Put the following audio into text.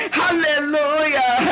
hallelujah